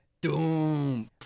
Doom